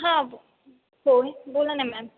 हां हो बोला ना मॅम